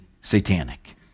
satanic